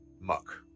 Muck